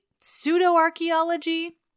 pseudo-archaeology